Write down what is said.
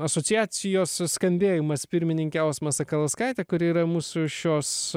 asociacijos suskambėjimas pirmininkę jausmas sakalauskaitė kuri yra mūsų šios